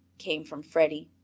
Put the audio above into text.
came from freddie.